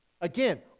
Again